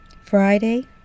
Friday